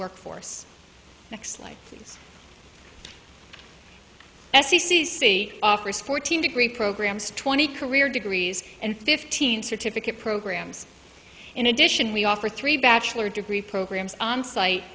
workforce next like its s e c c offers fourteen degree programs twenty career degrees and fifteen certificate programs in addition we offer three bachelor degree programs onsite